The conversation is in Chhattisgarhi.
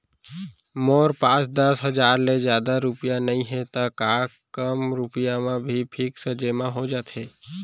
मोर पास दस हजार ले जादा रुपिया नइहे त का कम रुपिया म भी फिक्स जेमा हो जाथे?